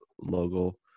logo